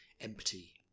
empty